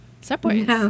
subways